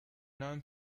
non